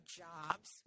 jobs